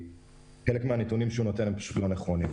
חלק מהנתונים שהוא מוסר אינם נכונים.